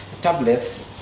tablets